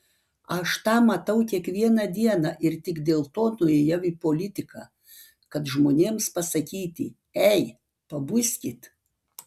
aš tą matau kiekvieną dieną ir tik dėl to nuėjau į politiką kad žmonėms pasakyti ei pabuskit